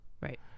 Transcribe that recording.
Right